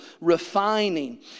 refining